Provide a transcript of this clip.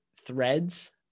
threads